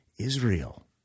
Israel